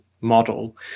model